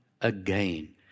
again